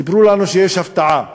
סיפרו לנו שיש הפתעה,